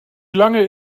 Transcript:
lange